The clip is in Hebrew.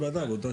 זה לא עובד ככה.